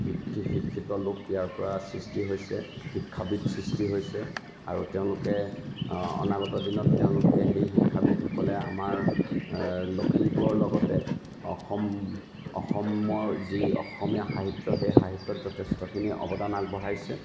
শিক্ষিত লোক ইয়াৰ পৰা সৃষ্টি হৈছে শিক্ষাবিদ সৃষ্টি হৈছে আৰু তেওঁলোকে অনাগত দিনত তেওঁলোকে সেই শিক্ষাবিদসকলে আমাৰ লখিমপুৰৰ লগতে অসমৰ যি অসমীয়া সাহিত্য সেই সাহিত্যত যথেষ্টখিনি অৱদান আগবঢ়াইছে